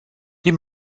die